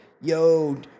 Yo